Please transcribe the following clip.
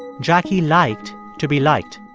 and jackie liked to be liked.